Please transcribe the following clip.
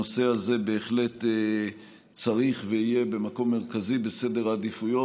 הנושא הזה בהחלט צריך להיות ויהיה במקום מרכזי בסדר העדיפויות,